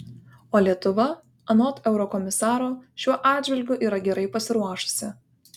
o lietuva anot eurokomisaro šiuo atžvilgiu yra gerai pasiruošusi